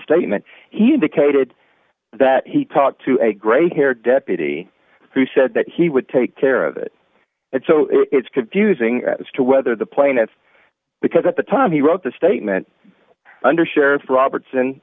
statement he indicated that he talked to a great care deputy who said that he would take care of it and so it's confusing as to whether the plaintiff because at the time he wrote the statement undersheriff robertson